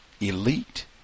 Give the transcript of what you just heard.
elite